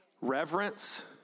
Reverence